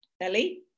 Ellie